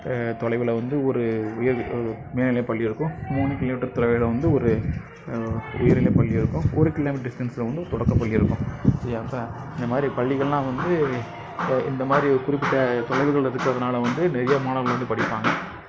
தொலைவில் வந்து ஒரு உயர் மேல்நிலைப் பள்ளி இருக்கும் மூனு கிலோ மீட்டர் தொலைவில் வந்து ஒரு உயர்நிலைப் பள்ளியிருக்கும் ஒரு கிலோ மீட்டர் டிஸ்டன்ஸ்ல வந்து தொடக்கப்பள்ளி இருக்கும் இந்தமாதிரி பள்ளிகள்லாம் வந்து இந்த மாதிரி ஒரு குறிப்பிட்ட தொலைவுகள்ல இருக்கிறதுனால வந்து நிறைய மாணவர்கள் வந்து படிப்பாங்க